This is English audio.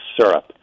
syrup